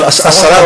עשרה,